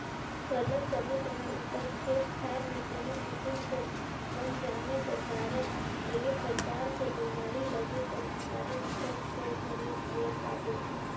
सरलग समे समे उपर खेत खाएर में कोनो किसिम कर बन जामे कर कारन कइयो परकार कर बेमारी लगे कर कारन सब कर घरे इस्पेयर पाबे